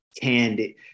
candid